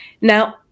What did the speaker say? now